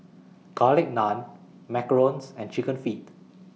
Garlic Naan Macarons and Chicken Feet